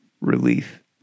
relief